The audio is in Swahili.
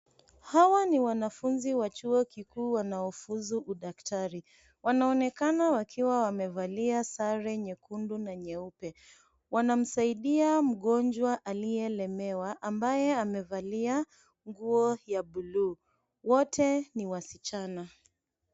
Hawa ni wanafunzi wa chuo kikuu wanao fuzu udaktari. Wanaonekana wakiwa wamevalia sare nyekundu na nyeupe. Wana msaidia mgonjwa aliye lemewa ambaye amevalia nguo ya bluu, wote ni wasichana.